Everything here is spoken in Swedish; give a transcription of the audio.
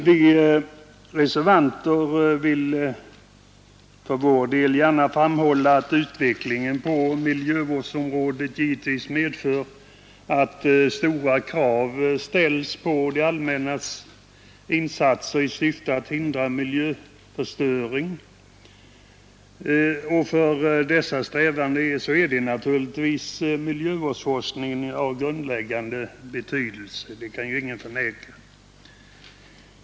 Vi reservanter vill för vår del gärna framhålla att utvecklingen på miljövårdsområdet givetvis medför att stora krav ställs på det allmännas insatser i syfte att hindra miljöförstöring, och för dessa strävanden är miljövårdsforskningen av grundläggande betydelse — det kan ingen förneka.